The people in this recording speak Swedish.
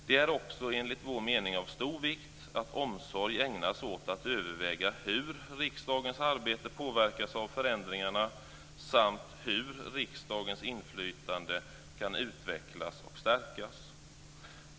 Det är också enligt vår mening av stor vikt att omsorg ägnas åt att överväga hur riksdagens arbete påverkas av förändringarna samt hur riksdagens inflytande kan utvecklas och stärkas.